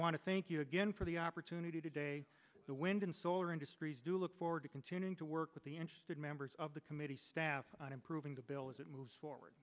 want to thank you again for the opportunity today the wind and solar industries do look forward to continuing to work with the interested members of the committee staff on improving the bill as it moves forward